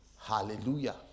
Hallelujah